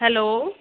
hello